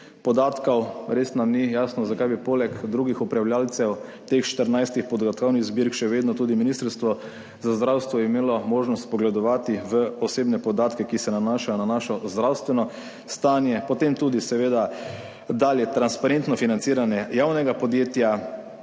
podatkov, res nam ni jasno zakaj bi poleg drugih upravljavcev teh 14-ih podatkovnih zbirk še vedno tudi Ministrstvo za zdravstvo imelo možnost vpogledovati v osebne podatke, ki se nanašajo na našo zdravstveno stanje, potem tudi seveda dalje transparentno financiranje javnega podjetja,